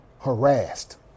harassed